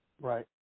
Right